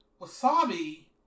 Wasabi